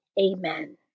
Amen